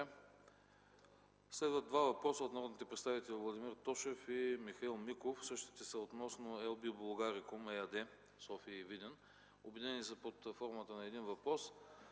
Следват два въпроса от народните представители Владимир Тошев и Михаил Миков. Същите са относно „Ел Би Булгарикум” ЕАД в София и Видин. Обединени са под формата на един въпрос.